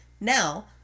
Now